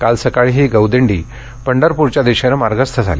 काल सकाळी ही गौ दिंडी पंढरपूरच्या दिशेनं मार्गस्थ झाली